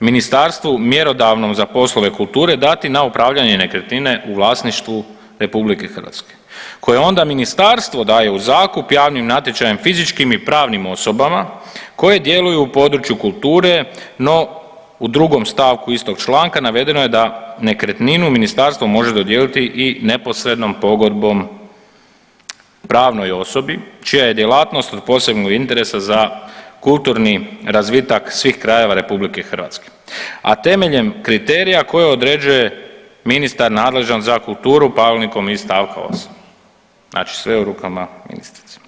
Ministarstvu mjerodavnom za poslove kulture dati na upravljanje nekretnine u vlasništvu RH koje onda Ministarstvo daje u zakup javnim natječajem fizičkim i pravnim osobama koje djeluju u području kulture, no u 2. st. istog članka navedeno je da nekretninu Ministarstvo može dodijeliti i neposrednom pogodbom pravnoj osobi čija je djelatnost od posebnog interesa za kulturni razvitak svih krajeva RH, a temeljem kriterija koje određuje ministar nadležan za kulturu pravilnikom iz st. 8. Znači sve je u rukama ministrice.